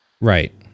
right